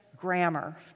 grammar